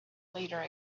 leader